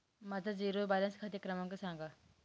माझा zero balance खाते क्रमांक सांगा